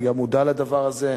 ואני גם מודע לדבר הזה,